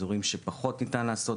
אזורים שפחות ניתן לעשו,